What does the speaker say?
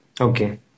Okay